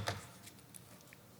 חברי הכנסת,